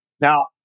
Now